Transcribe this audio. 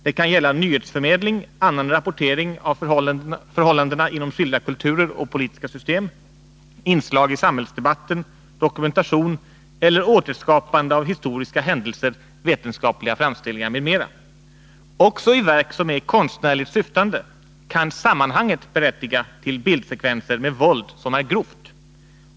Det kan gälla nyhetsförmedling, annan rapportering av förhållandena inom skilda kulturer och politiska system, inslag i samhällsdebatten, dokumentation eller återskapande av historiska händel ser, vetenskapliga framställningar m.m. Också i verk som är konstnärligt syftande kan sammanhanget berättiga till bildsekvenser med våld som är grovt.